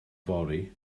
fory